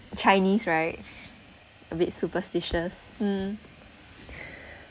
chinese right a bit superstitious mm